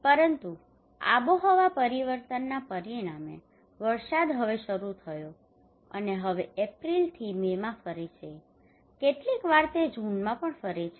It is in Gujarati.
પરંતુ આબોહવા પરિવર્તનના પરિણામે વરસાદ હવે શરૂ થયો છે અને હવે એપ્રિલથી મે માં ફરે છે કેટલીકવાર તે જૂનમાં પણ ફરે છે